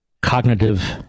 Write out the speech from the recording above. cognitive